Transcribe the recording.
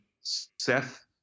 seth